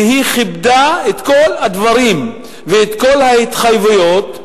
והיא כיבדה את כל הדברים וכל ההתחייבויות,